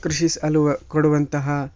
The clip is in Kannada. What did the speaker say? ಕೃಷಿ ಸಾಲುವ ಕೊಡುವಂತಹ